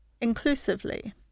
inclusively